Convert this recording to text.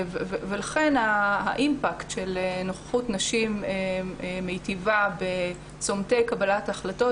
ולכן האימפקט של נוכחות נשים מיטיבה בצמתי קבלת החלטות,